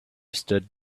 stood